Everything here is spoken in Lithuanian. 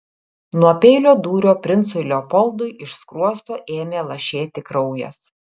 nuo peilio dūrio princui leopoldui iš skruosto ėmė lašėti kraujas